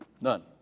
None